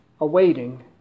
awaiting